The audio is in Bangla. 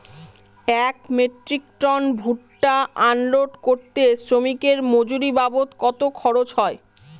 এক মেট্রিক টন ভুট্টা আনলোড করতে শ্রমিকের মজুরি বাবদ কত খরচ হয়?